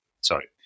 sorry